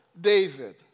David